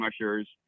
mushers